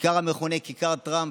כיכר המכונה כיכר טראמפ,